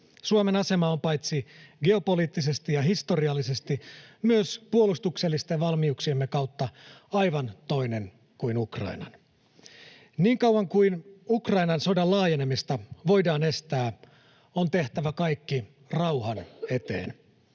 Suomen asema on paitsi geopoliittisesti ja historiallisesti myös puolustuksellisten valmiuksiemme kautta aivan toinen kuin Ukrainan. Niin kauan kuin Ukrainan sodan laajenemista voidaan estää, on tehtävä kaikki rauhan eteen.